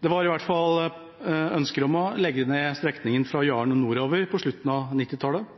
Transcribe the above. Det var i hvert fall ønsker om å legge ned strekningen fra Jaren og nordover på slutten av 1990-tallet.